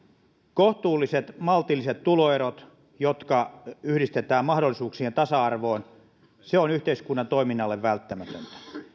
kohtuulliset maltilliset tuloerot jotka yhdistetään mahdollisuuksien tasa arvoon ovat yhteiskunnan toiminnalle välttämättömiä